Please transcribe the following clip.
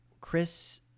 Chris